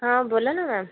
बोला ना मॅम